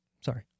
sorry